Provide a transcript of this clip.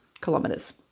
kilometers